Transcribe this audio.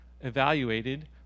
evaluated